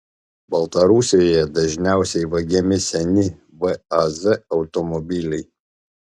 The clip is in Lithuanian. baltarusijoje dažniausiai vagiami seni vaz automobiliai